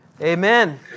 Amen